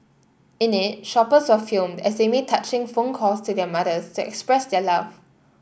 in it shoppers were filmed as they made touching phone calls to their mothers to express their love